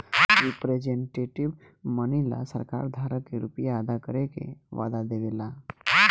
representative money ला सरकार धारक के रुपिया अदा करे के वादा देवे ला